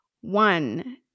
One